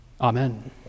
Amen